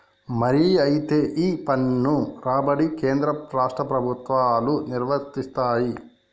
మరి అయితే ఈ పన్ను రాబడి కేంద్ర రాష్ట్ర ప్రభుత్వాలు నిర్వరిస్తాయి